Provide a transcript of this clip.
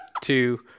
two